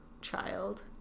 child